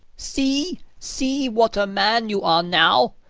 see, see what a man you are now!